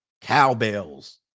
cowbells